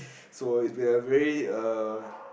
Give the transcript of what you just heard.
so it's been a very uh